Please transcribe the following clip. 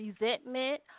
resentment